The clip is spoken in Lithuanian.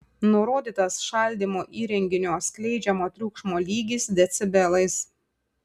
nurodytas šaldymo įrenginio skleidžiamo triukšmo lygis decibelais